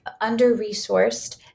under-resourced